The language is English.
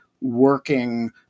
working